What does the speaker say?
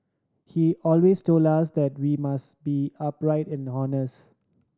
he always told us that we must be upright and honest